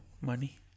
Money